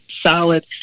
solid